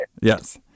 Yes